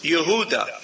Yehuda